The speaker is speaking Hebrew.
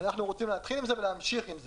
אנחנו רוצים להתחיל עם זה ולהמשיך עם זה.